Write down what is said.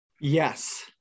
Yes